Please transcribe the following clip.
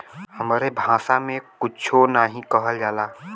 हमरे भासा मे कुच्छो नाहीं कहल जाला